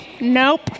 Nope